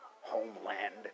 homeland